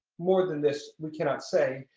more than this we cannot say,